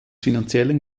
finanziellen